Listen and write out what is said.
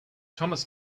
thomas